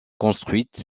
construite